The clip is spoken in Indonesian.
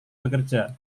bekerja